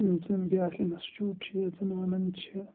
یِم زَن بیٛاکھ اِنَسچوٗٹ چھِ یَتھ زَن ونان چھِ